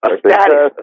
status